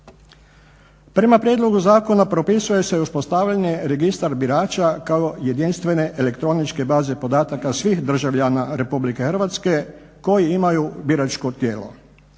Prema prijedlogu zakona propisuje se i uspostavljanje registra birača kao jedinstvene elektroničke baze podataka svih državljana RH koji imaju biračko tijelo